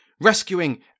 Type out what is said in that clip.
rescuing